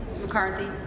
McCarthy